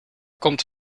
komt